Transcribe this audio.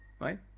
right